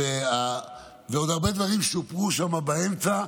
ועוד הרבה דברים שופרו שם באמצע.